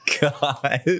God